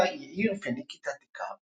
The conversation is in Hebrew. אוטיקה היא עיר פניקית עתיקה,